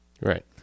Right